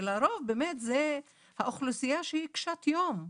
ולרוב באמת זה האוכלוסייה שהיא קשת יום.